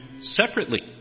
separately